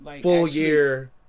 full-year